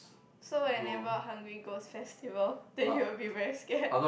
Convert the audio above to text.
so whenever Hungry Ghost Festival then you will be very scared